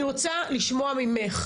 אני רוצה לשמוע ממך,